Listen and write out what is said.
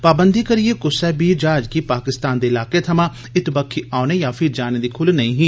पाबंदी करियै कुसै बी जहाज़ गी पाकिस्तान दे ईलाके थमां इत्त बक्खी औने या फ्ही जाने दी खुल्ल नेई ही